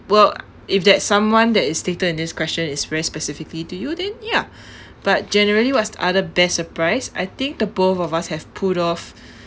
well if that someone that is stated in this question is very specifically to you then ya but generally what's the other best surprise I think the both of us have pulled off